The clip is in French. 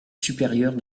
supérieure